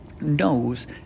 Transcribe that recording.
knows